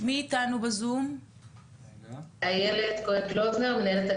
קודם כל אנחנו באמת מברכים על הדיון,